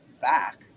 back